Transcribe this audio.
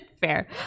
Fair